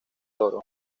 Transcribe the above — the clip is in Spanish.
toro